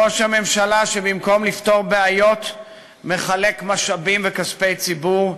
ראש ממשלה שבמקום לפתור בעיות מחלק משאבים וכספי ציבור,